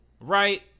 right